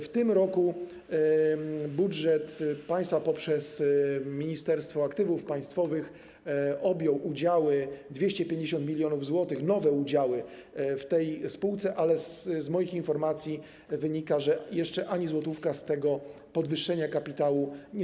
W tym roku budżet państwa poprzez Ministerstwo Aktywów Państwowych objął udziały, 250 mln zł, nowe udziały w tej spółce, ale z moich informacji wynika, że jeszcze ani złotówka z tego podwyższenia kapitału nie została wydatkowana.